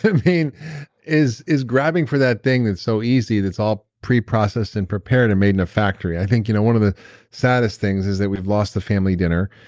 mean is is grabbing for that thing that's so easy, that's all pre-processed and prepared, and made in a factory? i think you know one of the saddest things is that we've lost the family dinner.